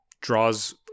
draws